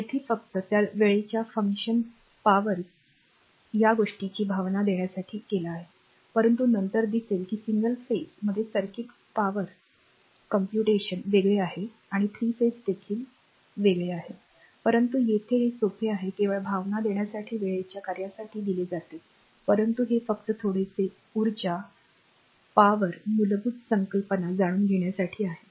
येथे फक्त त्या वेळेच्या फंक्शन पी किंवा या गोष्टीची भावना देण्यासाठी परंतु नंतर दिसेल की सिंगल फेज मध्ये सर्किट पी किंवा पॉवर कंप्यूटेशन वेगळे आहे आणि 3 फेज देखील काहीतरी मनोरंजक आहे परंतु येथे हे सोपे आहे केवळ भावना देण्यासाठी वेळेच्या कार्यासाठी दिले जाते परंतु हे फक्त थोडेसे ऊर्जा पी किंवा मूलभूत संकल्पना जाणून घेण्यासाठी आहे